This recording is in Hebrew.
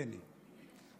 בני,